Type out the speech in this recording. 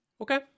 Okay